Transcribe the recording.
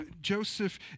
Joseph